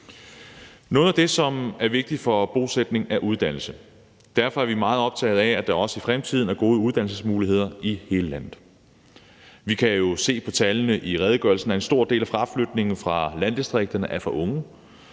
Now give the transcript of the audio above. Noget af det, som er vigtigt for bosætning, er uddannelse, og derfor er vi meget optaget af, der også i fremtiden er gode uddannelsesmuligheder i hele landet. Vi kan jo se på tallene i redegørelsen, at en stor del af fraflytningen fra landdistrikterne drejer sig